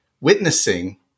witnessing